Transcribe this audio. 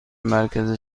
مرکز